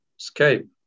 escape